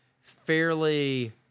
fairly